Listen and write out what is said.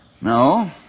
No